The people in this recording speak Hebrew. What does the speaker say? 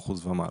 מ-50% ומעלה.